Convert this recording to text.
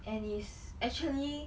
and is actually